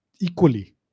equally